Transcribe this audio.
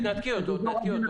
תנתקי אותו.